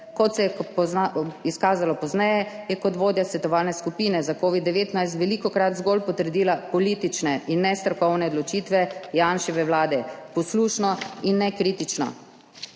Kot se je izkazalo pozneje, je kot vodja svetovalne skupine za covid-19 velikokrat zgolj potrdila politične in nestrokovne odločitve Janševe vlade, poslušno in nekritično.